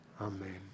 amen